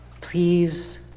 please